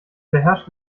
beherrscht